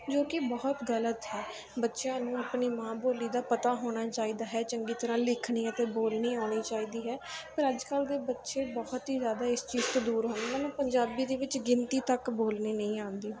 ਜੋ ਕਿ ਬਹੁਤ ਗਲਤ ਹੈ ਬੱਚਿਆਂ ਨੂੰ ਆਪਣੀ ਮਾਂ ਬੋਲੀ ਦਾ ਪਤਾ ਹੋਣਾ ਚਾਹੀਦਾ ਹੈ ਚੰਗੀ ਤਰ੍ਹਾਂ ਲਿਖਣੀ ਹੈ ਅਤੇ ਬੋਲਣੀ ਆਉਣੀ ਚਾਹੀਦੀ ਹੈ ਪਰ ਅੱਜ ਕੱਲ੍ਹ ਦੇ ਬੱਚੇ ਬਹੁਤ ਹੀ ਜ਼ਿਆਦਾ ਇਸ ਚੀਜ਼ ਤੋਂ ਦੂਰ ਹੋਣਗੇ ਉਹਨਾਂ ਨੂੰ ਪੰਜਾਬੀ ਦੇ ਵਿੱਚ ਗਿਣਤੀ ਤੱਕ ਬੋਲਣੀ ਨਹੀਂ ਆਉਂਦੀ